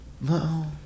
No